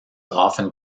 often